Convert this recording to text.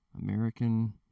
American